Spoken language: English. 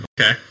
Okay